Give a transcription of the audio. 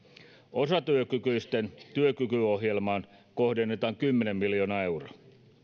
osatyökykyisten työkykyohjelmaan kohdennetaan kymmenen miljoonaa euroa